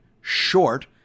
short